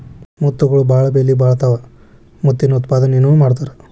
ಮುತ್ತುಗಳು ಬಾಳ ಬೆಲಿಬಾಳತಾವ ಮುತ್ತಿನ ಉತ್ಪಾದನೆನು ಮಾಡತಾರ